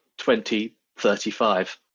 2035